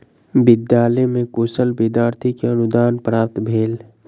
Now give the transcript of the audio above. विद्यालय में कुशल विद्यार्थी के अनुदान प्राप्त भेल